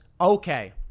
Okay